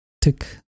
tick